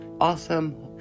awesome